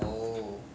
tamil tigers